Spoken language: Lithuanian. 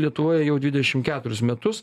lietuvoje jau dvidešim keturis metus